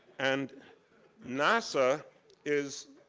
and nasa is,